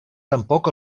tampoc